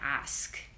ask